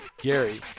Gary